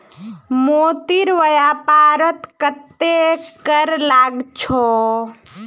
मोतीर व्यापारत कत्ते कर लाग छ